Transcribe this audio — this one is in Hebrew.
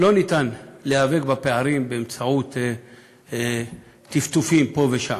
אי-אפשר להיאבק בפערים באמצעות טפטופים פה ושם.